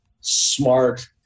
smart